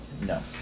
No